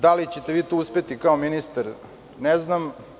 Da li ćete vi tu uspeti kao ministar, ne znam.